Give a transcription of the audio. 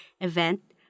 event